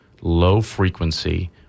low-frequency